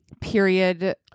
Period